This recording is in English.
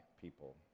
people